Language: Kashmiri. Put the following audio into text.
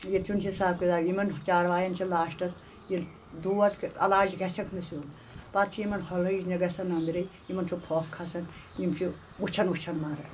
ییٚتہِ چھُنہٕ حِساب کِتاب یِمن چاروایَن چھِ لاسٹَس ییٚلہِ دود علاج گژھؠکھ نہٕ سیوٚد پَتہٕ چھِ یِمن ہۄلہٕ ہٕج نہٕ گژھن اَنٛدٕرے یِمن چھُ پھۄکھ کھسان یِم چھِ وٕچھان وٕچھان مَرَن